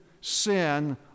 sin